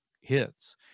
hits